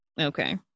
Okay